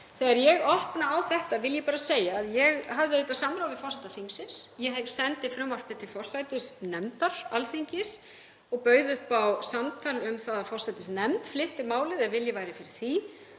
Þegar ég opna á þetta vil ég bara segja að ég hafði samráð við forseta þingsins. Ég sendi frumvarpið til forsætisnefndar Alþingis og bauð upp á samtal um það að forsætisnefnd flytti málið ef vilji væri fyrir því.